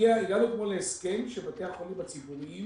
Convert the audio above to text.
הגענו כבר להסכם שבתי החולים הציבוריים